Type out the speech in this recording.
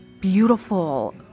beautiful